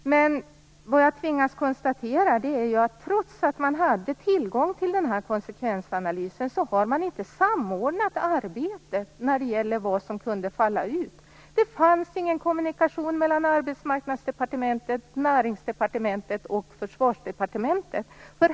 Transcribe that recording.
Ändå tvingas jag konstatera att trots att man hade tillgång till den här konsekvensanalysen har man inte samordnat arbetet när det gäller vad som kunde falla ut. Det fanns ingen kommunikation mellan Arbetsmarknadsdepartementet, Näringsdepartementet och Försvarsdepartementet.